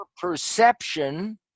perception